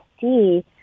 see